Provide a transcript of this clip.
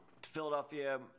Philadelphia